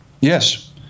Yes